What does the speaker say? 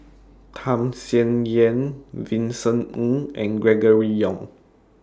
Tham Sien Yen Vincent Ng and Gregory Yong